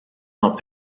not